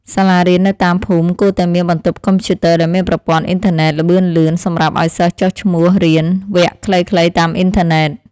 សាលារៀននៅតាមភូមិគួរតែមានបន្ទប់កុំព្យូទ័រដែលមានប្រព័ន្ធអ៊ីនធឺណិតល្បឿនលឿនសម្រាប់ឱ្យសិស្សចុះឈ្មោះរៀនវគ្គខ្លីៗតាមអ៊ីនធឺណិត។